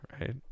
Right